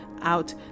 out